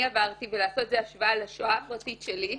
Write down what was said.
עברתי ולעשות לזה השוואה לשואה הפרטית שלי.